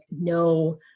no